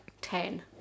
ten